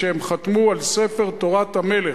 שהם חתמו על ספר "תורת המלך".